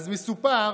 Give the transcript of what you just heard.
אז מסופר